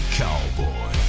cowboy